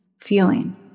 feeling